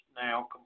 now